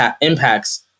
impacts